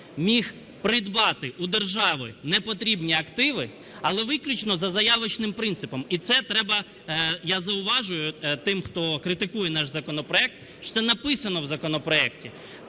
міг придбати у держави непотрібні активи, але виключно за заявочним принципом. І це треба, я зауважую тим, хто критикує наш законопроект, що це написано в законопроекті,